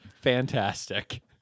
fantastic